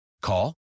Call